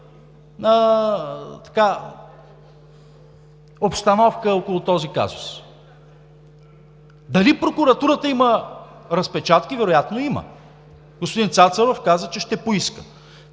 обстановка около този казус. Дали прокуратурата има разпечатки? Вероятно има. Господин Цацаров каза, че ще поиска.